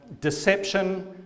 deception